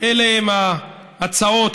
אלו הן ההצעות,